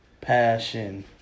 passion